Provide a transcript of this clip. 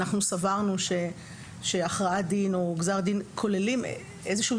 ואנחנו סברנו שהכרעת הדין או גזר דין כוללים איזשהו